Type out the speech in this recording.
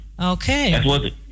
Okay